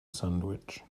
sandwich